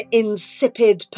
insipid